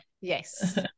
yes